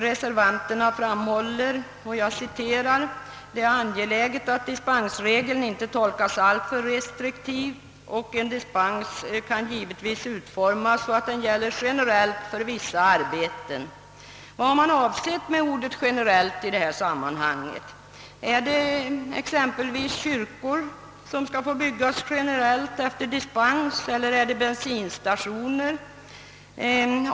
Reservanterna framhåller: »Det är angeläget att dispensregeln inte tolkas alltför restriktivt och en dispens kan givetvis utformas så, att den gäller generellt för vissa arbeten.» Vad har man avsett med ordet »generellt» i detta sammanhang? Är det exempelvis kyrkor som skall få byggas generellt efter dispens? Eller är det bensinstationer?